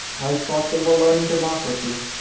i thought they were learning democracy.